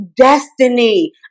destiny